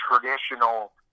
traditional